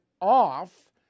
off